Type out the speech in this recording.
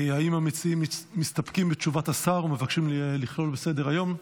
האם המציעים מסתפקים בתשובת השר או מבקשים לכלול בסדר-היום?